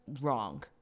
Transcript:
wrong